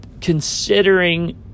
Considering